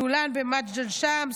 דולאן במג'דל שמס.